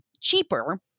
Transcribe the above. cheaper